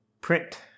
print